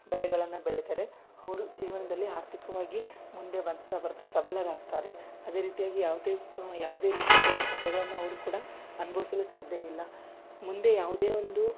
ಬೆಳೆಗಳನ್ನು ಬೆಳೀತಾರೆ ಅವರು ಜೀವನದಲ್ಲಿ ಆರ್ಥಿಕವಾಗಿ ಮುಂದೆ ಬರ್ತಾ ಬರ್ತಾ ಸಬಲರಾಗ್ತಾರೆ ಅದೇ ರೀತಿಯಾಗಿ ಯಾವುದೇ ಯಾವುದೇ ರೀತಿಯ ಕೂಡ ಕಷ್ಟಗಳನ್ನು ಅವರು ಕೂಡ ಅನುಭವ್ಸಲು ಸಾಧ್ಯವಿಲ್ಲ ಮುಂದೆ ಯಾವುದೇ ಒಂದು